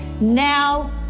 Now